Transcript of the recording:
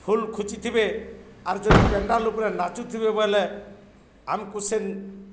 ଫୁଲ୍ ଖୁଚିଥିବେ ଆର୍ ଯଦି ପେଣ୍ଡାଲ୍ ଉପ୍ରେ ନାଚୁଥିବେ ବଏଲେ ଆମ୍କୁୁ ସେନ